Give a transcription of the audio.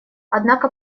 однако